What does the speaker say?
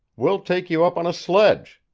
we'll take you up on a sledge.